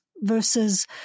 versus